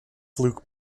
fluke